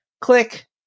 click